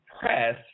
press